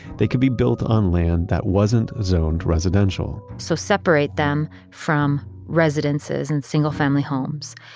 they can be built on land that wasn't zoned residential so, separate them from residences and single-family homes,